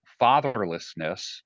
fatherlessness